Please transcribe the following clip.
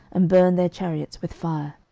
and burn their chariots with fire.